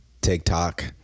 TikTok